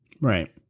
Right